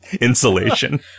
insulation